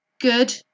good